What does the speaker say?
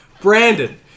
Brandon